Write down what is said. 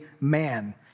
man